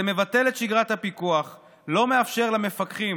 זה מבטל את שגרת הפיקוח, לא מאפשר למפקחים